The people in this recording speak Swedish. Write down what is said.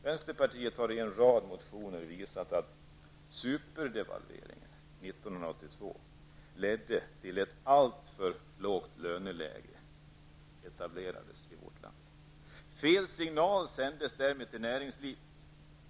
Vänsterpartiet har i en rad motioner visat att superdevalveringen 1982 ledde till att ett alltför lågt löneläge etablerades i vårt land. Fel signaler sändes därmed ut till näringslivet.